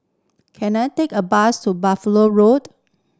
can I take a bus to Buffalo Road